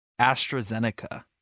AstraZeneca